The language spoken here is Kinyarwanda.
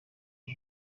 ava